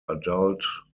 adult